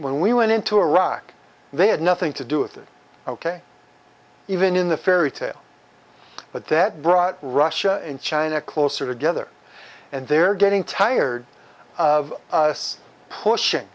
when we went into iraq they had nothing to do with it ok even in the fairy tale but that brought russia and china closer together and they're getting tired of us pushing